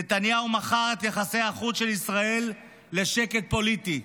נתניהו מכר את יחסי החוץ של ישראל לשקט פוליטי.